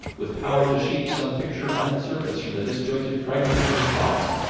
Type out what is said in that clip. with power to shape some picture on its surface from the disjointed fragments of his thoughts,